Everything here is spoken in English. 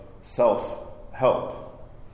self-help